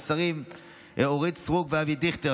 לשרים אורית סטרוק ואבי דיכטר,